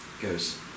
Goes